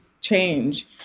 change